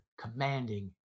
commanding